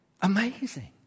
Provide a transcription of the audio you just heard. amazing